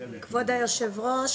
כבוד היושב ראש,